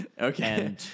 Okay